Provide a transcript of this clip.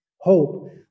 hope